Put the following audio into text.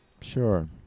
Sure